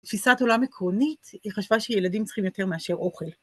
תפיסת עולה עקרונית היא חשבה שילדים צריכים יותר מאשר אוכל.